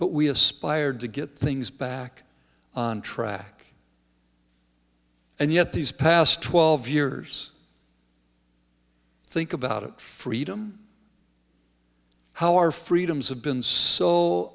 but we aspired to get things back on track and yet these past twelve years think about it freedom how our freedoms have been so